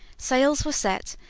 sails were set,